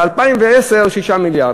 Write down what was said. ב-2010, 6 מיליארד.